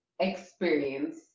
experience